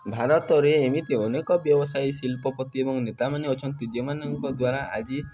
ଭାରତରେ ଏମିତି ଅନେକ ବ୍ୟବସାୟୀ ଶିଳ୍ପପତି ଏବଂ ନେତାମାନେ ଅଛନ୍ତି ଯେଉଁମାନଙ୍କ ଦ୍ୱାରା ଆଜି